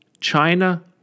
China